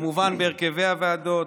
כמובן בהרכבי הוועדות,